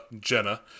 Jenna